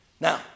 Now